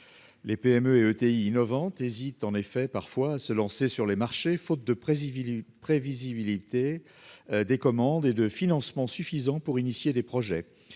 Les PME et ETI innovante hésite en effet parfois à se lancer sur les marchés. Faute de président. Prévisibilité. Des commandes et de financement suffisant pour initier des projets